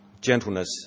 gentleness